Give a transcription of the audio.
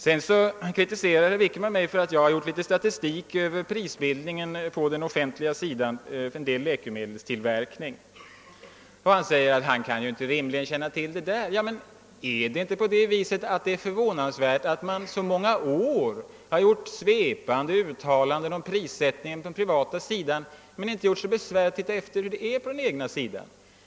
Herr Wickman kritiserade mig för att jag har anfört statistik över prisbildningen på läkemedel som tillverkas av offentliga företag, och han sade att han inte rimligen kan känna till den saken. Är det inte förvånande att man i många år har gjort svepande uttalanden om prissättningen på den privata sidan men inte har gjort sig besvär att ta reda på hur det är på den egna sidan?